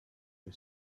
you